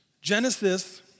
Genesis